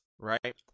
right